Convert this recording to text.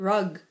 Rug